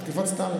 גם תקיפות סתם.